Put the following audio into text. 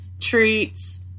treats